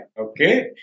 Okay